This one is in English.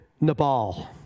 Nabal